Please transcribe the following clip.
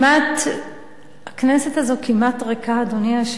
כשהכנסת הזאת כמעט ריקה, אדוני היושב-ראש.